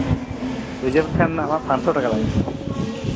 ᱨᱤᱡᱟᱹᱵᱷ ᱞᱮᱠᱷᱟᱱ ᱟᱢᱟᱜ ᱯᱟᱥᱥᱚ ᱴᱟᱠᱟ ᱞᱟᱜᱟᱜᱼᱟ